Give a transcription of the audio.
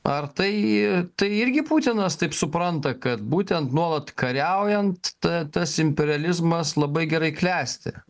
ar tai tai irgi putinas taip supranta kad būtent nuolat kariaujant ta tas imperializmas labai gerai klesti